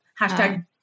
hashtag